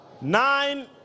Nine